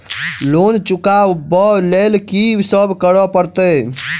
Loan चुका ब लैल की सब करऽ पड़तै?